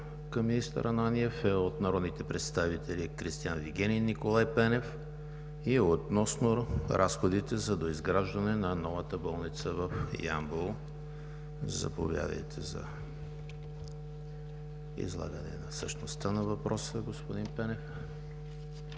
към министър Ананиев е от народните представители Кристиан Вигенин и Николай Пенев относно разходите за доизграждане на новата болница в Ямбол. Заповядайте за излагане на същността на въпроса, господин Пенев.